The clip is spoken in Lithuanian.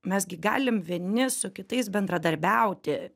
mes gi galim vieni su kitais bendradarbiauti